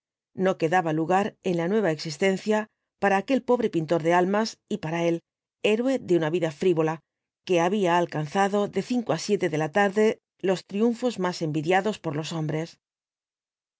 no quedaba lugar en la nueva existencia para aquel pobre pintor de almas y para él héroe de una vida frivola que había alcanzado de cinco á siete de la tarde los triunfos más envidiados por los hombres